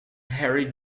harry